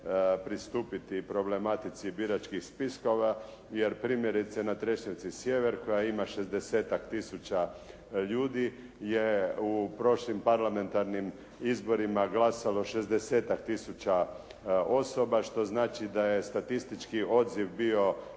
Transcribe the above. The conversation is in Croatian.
pristupiti problematici biračkih spiskova jer primjerice na Trešnjevci sjever koja ima 60-tak tisuća ljudi je u prošlim parlamentarnim izborima glasalo 60-tak tisuća osoba što znači da je statistički odziv bio